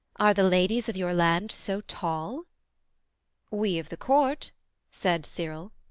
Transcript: are the ladies of your land so tall we of the court said cyril.